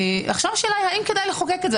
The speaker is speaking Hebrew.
עכשיו השאלה האם כדאי לחוקק את זה.